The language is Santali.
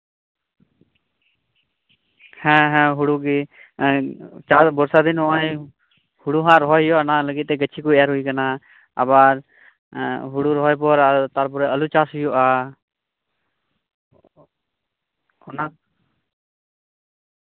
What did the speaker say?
ᱦᱮᱸ ᱦᱮᱸ ᱦᱩᱲᱩ ᱜᱤ ᱵᱚᱨᱥᱟ ᱫᱤᱱ ᱦᱚᱸᱜᱼᱚᱭ ᱦᱩᱲᱩ ᱦᱟᱸᱜ ᱨᱚᱦᱚᱭ ᱦᱩᱭᱩᱜᱼᱟ ᱚᱱᱟ ᱞᱟᱹᱜᱤᱫ ᱛᱮ ᱜᱟᱹᱪᱷᱤ ᱠᱚ ᱮᱨ ᱦᱩᱭ ᱠᱟᱱᱟ ᱟᱵᱟᱨ ᱦᱩᱲᱩ ᱨᱚᱦᱚᱭ ᱯᱚᱨ ᱛᱟᱨᱯᱚᱨ ᱟᱞᱩ ᱪᱟᱥ ᱦᱩᱭᱩᱜᱼᱟ